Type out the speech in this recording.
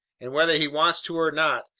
and whether he wants to or not,